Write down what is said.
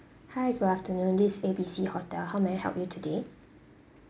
hi good afternoon this is A B C hotel how may I help you today